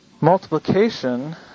Multiplication